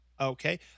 Okay